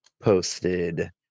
posted